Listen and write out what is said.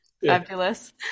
Fabulous